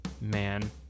Man